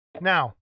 Now